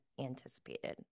anticipated